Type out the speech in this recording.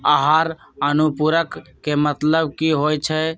आहार अनुपूरक के मतलब की होइ छई?